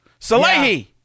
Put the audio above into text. Salehi